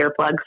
earplugs